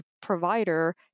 provider